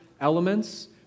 elements